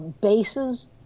bases